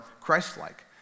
Christ-like